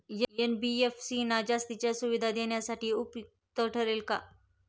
NBFC ना जास्तीच्या सुविधा देण्यासाठी उपयुक्त ठरेल का?